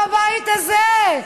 בבית הזה?